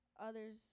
others